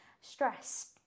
Stress